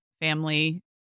family